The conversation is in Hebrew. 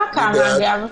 בדיוק.